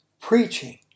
preaching